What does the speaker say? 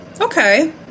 Okay